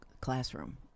classroom